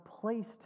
placed